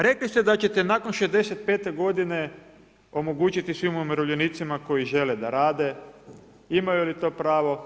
Rekli ste da ćete nakon 65 godine, omogućiti svim umirovljenicima koji žele da rade, imaju li to pravo?